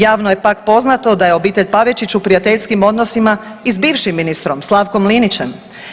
Javno je pak poznato da je obitelj Pavičić u prijateljskim odnosima i s bivšim ministrom Slavkom Linićem.